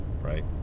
right